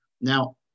Now